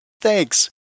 Thanks